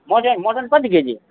mutton mutton कति KG